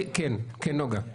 כן, נגה.